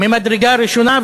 ממדרגה ראשונה,